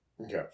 Okay